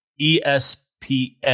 ESPN